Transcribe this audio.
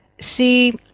see